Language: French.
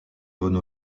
donne